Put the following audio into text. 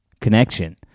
Connection